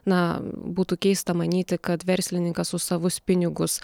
na būtų keista manyti kad verslininkas už savus pinigus